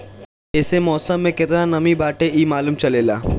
एसे मौसम में केतना नमी बाटे इ मालूम चलेला